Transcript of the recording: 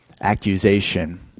accusation